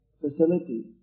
facilities